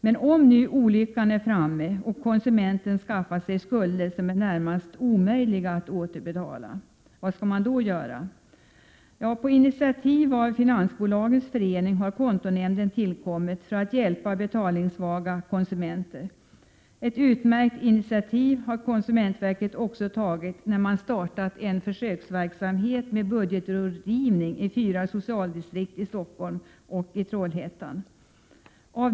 Men om nu olyckan är framme och konsumenten skaffat sig skulder som är närmast omöjliga att återbetala, vad skall man göra då? På initiativ av Finansbolagens Förening har kontonämnden tillkommit för att hjälpa betalningssvaga konsumenter. Ett utmärkt initiativ har konsumentverket också tagit genom att starta försöksverksamhet med budgetrådgivning fyra socialdistrikt i Stockholm och i Trollhättan.